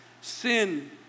sin